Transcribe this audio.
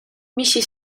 მისი